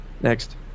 next